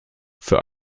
für